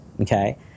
okay